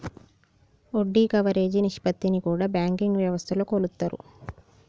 వడ్డీ కవరేజీ నిష్పత్తిని కూడా బ్యాంకింగ్ వ్యవస్థలో కొలుత్తారు